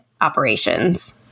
operations